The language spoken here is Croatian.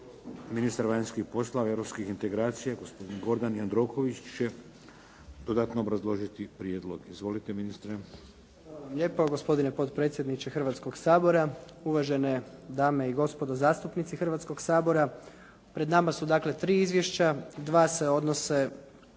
ministar vanjskih poslova i europskih integracija gospodin Gordan Jandroković će dodatno obrazložiti prijedlog. Izvolite ministre. **Jandroković, Gordan (HDZ)** Hvala vam lijepa gospodine potpredsjedniče Hrvatskog sabora, uvažene dame i gospodo zastupnici Hrvatskog sabora. Pred nama su dakle tri izvješća, dva se odnose